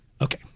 Okay